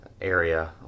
area